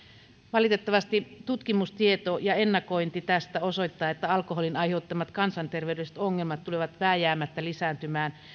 valitettavasti tutkimustieto ja ennakointi tästä osoittavat että alkoholin aiheuttamat kansanterveydelliset ongelmat tulevat vääjäämättä lisääntymään